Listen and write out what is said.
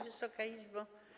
Wysoka Izbo!